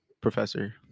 professor